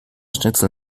schnitzel